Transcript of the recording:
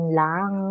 lang